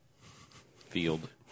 Field